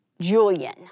Julian